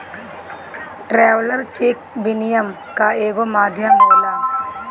traveller cheque विनिमय कअ एगो माध्यम होला